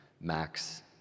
Max